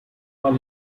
now